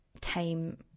time